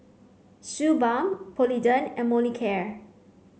Suu Balm Polident and Molicare